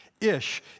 Ish